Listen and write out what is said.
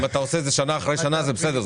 אם אתה עושה את זה שנה אחרי שנה זה בסדר,